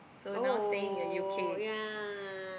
oh yeah